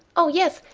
oh! yes,